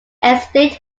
estate